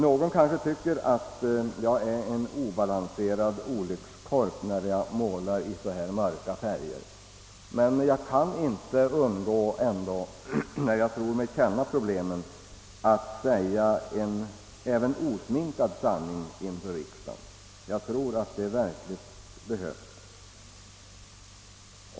Någon kanske tycker att jag är en obalanserad olyckskorp när jag nu målar i så här mörka färger, men jag kan ändå inte undgå att, när jag tror mig känna problemen, säga en osminkad sanning inför riksdagen; jag tror att det verkligen behövs.